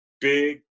big